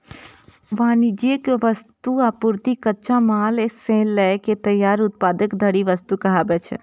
वाणिज्यिक वस्तु, आपूर्ति, कच्चा माल सं लए के तैयार उत्पाद धरि वस्तु कहाबै छै